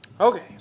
Okay